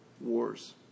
wars